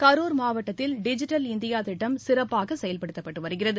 கரூர் மாவட்டத்தில் digital India திட்டம் சிறப்பாக செயல்படுத்தப்பட்டு வருகிறது